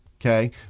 Okay